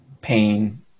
pain